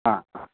ꯑꯥ